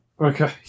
Okay